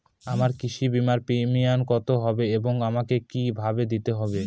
আমার কৃষি বিমার প্রিমিয়াম কত হবে এবং আমাকে কি ভাবে দিতে হবে?